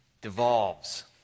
Devolves